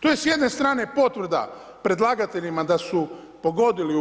To je s jedne strane potvrda predlagateljima da su pogodili